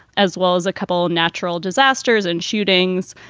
as well as a couple natural disasters and shootings.